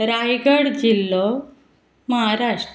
रायगड जिल्लो महाराष्ट्र